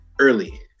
early